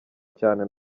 cyane